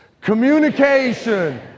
communication